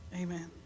Amen